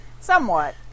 somewhat